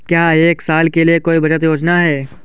क्या एक साल के लिए कोई बचत योजना है?